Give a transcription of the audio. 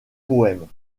poèmes